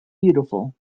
beautiful